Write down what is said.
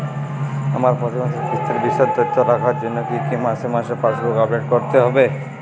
আমার প্রতি মাসের কিস্তির বিশদ তথ্য রাখার জন্য কি মাসে মাসে পাসবুক আপডেট করতে হবে?